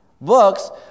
books